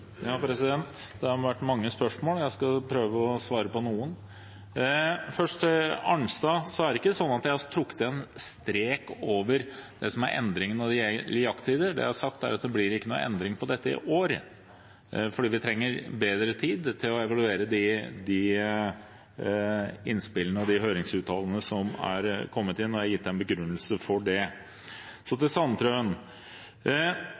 Det har vært mange spørsmål. Jeg skal prøve å svare på noen. Først til Arnstad: Det er ikke sånn at jeg har trukket en strek over endringen når det gjelder jakttider. Det jeg har sagt, er at det blir ikke noen endring på dette i år, fordi vi trenger bedre tid til å evaluere de innspillene og høringsuttalelsene som er kommet inn, og jeg har gitt en begrunnelse for det. Så